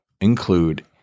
include